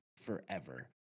forever